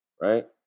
right